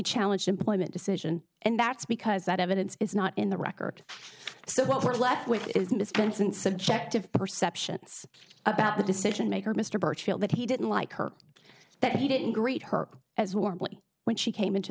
challenge employment decision and that's because that evidence is not in the record so what we're left with is mr benson subjective perceptions about the decision maker mr burchfield that he didn't like her that he didn't greet her as warmly when she came into